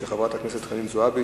של חברת הכנסת חנין זועבי,